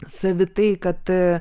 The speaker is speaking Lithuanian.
savitai kad